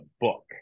book